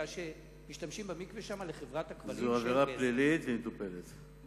כי משתמשים שם במקווה לחברת הכבלים של "בזק".